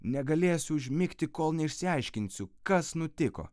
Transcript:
negalėsiu užmigti kol neišsiaiškinsiu kas nutiko